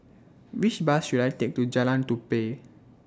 Which Bus should I Take to Jalan Tupai